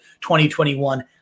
2021